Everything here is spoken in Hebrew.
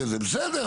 בסדר.